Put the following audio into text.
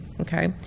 Okay